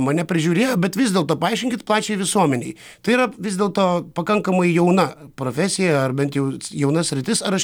mane prižiūrėjo bet vis dėl to paaiškinkit pačiai visuomenei tai yra vis dėl to pakankamai jauna profesija ar bent jau jauna sritis ar aš